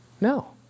No